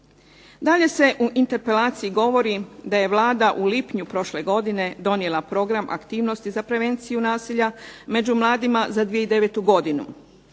Dalje se u interpelaciji govori da je Vlada u lipnju prošle godine donijela program aktivnosti za prevenciju nasilja među mladima za 2009. godinu.